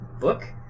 book